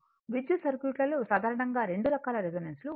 విద్యుత్ సర్క్యూట్లలో సాధారణంగా రెండు రకాల రెసోనెన్స్ లు ఉంటాయి